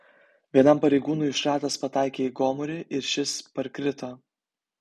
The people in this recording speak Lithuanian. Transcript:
vienam pareigūnui šratas pataikė į gomurį ir šis parkrito